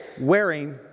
wearing